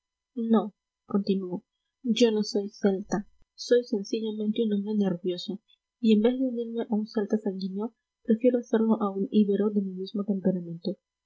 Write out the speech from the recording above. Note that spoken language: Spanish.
irlandés no continúo yo no soy celta soy sencillamente un hombre nervioso y en vez de unirme a un celta sanguíneo prefiero hacerlo a un ibero de mi mismo